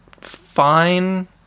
fine